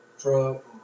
Truck